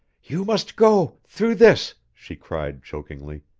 you must go through this! she cried chokingly.